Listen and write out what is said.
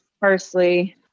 parsley